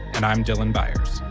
and i'm dylan byers